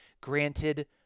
granted